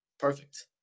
perfect